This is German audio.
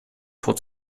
vor